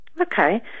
Okay